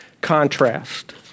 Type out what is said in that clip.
contrast